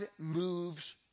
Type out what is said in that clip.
moves